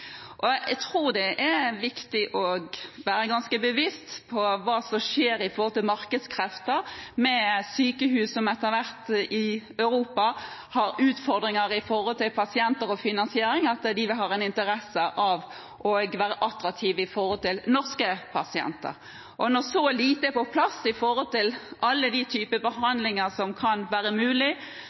Jeg tror det er viktig å være ganske bevisst på hva som skjer av markedskrefter med sykehus i Europa som etter hvert har utfordringer med pasienter og finansiering – at de vil ha en interesse av å være attraktive for norske pasienter. Når så lite er på plass for alle de typene behandling som kan være mulig,